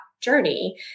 journey